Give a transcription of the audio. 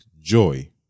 joy